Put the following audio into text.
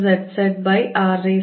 xxxxyyzzr5mxxr3 3m